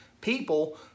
people